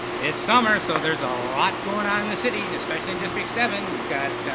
it's summer, so there's a lot going on in the city, and especially in district seven, we've got,